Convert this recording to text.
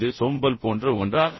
இது சோம்பல் போன்ற ஒன்றா